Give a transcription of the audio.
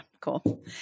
cool